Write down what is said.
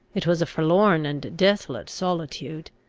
it was a forlorn and desolate solitude.